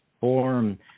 form